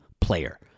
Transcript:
player